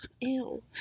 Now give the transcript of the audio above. Ew